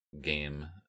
game